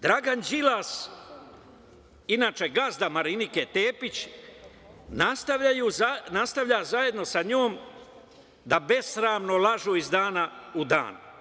Dragan Đilas, inače gazda Marinike Tepić, nastavlja zajedno sa njom da besramno lažu iz dana u dan.